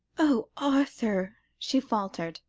oh, arthur! she faltered.